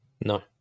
No